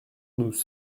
nous